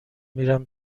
میرم